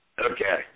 Okay